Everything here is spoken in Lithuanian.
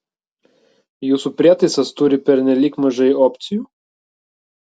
jūsų prietaisas turi pernelyg mažai opcijų